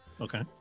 Okay